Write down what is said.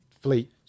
fleet